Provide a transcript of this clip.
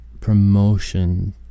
promotion